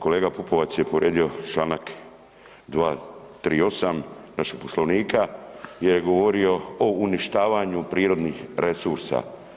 Kolega Pupovac je povrijedio čl. 238. našeg Poslovnika gdje je govorio o uništavanju prirodnih resursa.